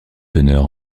teneur